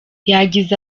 yagize